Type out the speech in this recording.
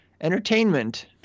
entertainment